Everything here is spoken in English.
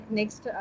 next